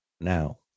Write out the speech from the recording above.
now